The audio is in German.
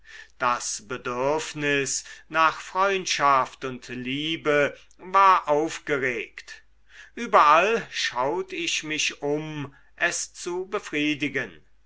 das bedürfnis nach freundschaft und liebe war aufgeregt überall schaut ich mich um es zu befriedigen